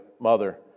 Mother